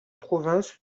province